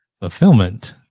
fulfillment